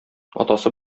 атасы